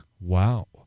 Wow